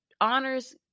honors